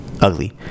ugly